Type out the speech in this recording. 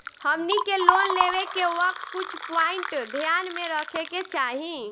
हमनी के लोन लेवे के वक्त कुछ प्वाइंट ध्यान में रखे के चाही